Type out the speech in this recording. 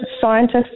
scientists